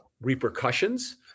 repercussions